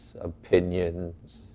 opinions